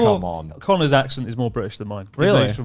um on. connor's accent is more british than mine. really?